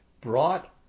brought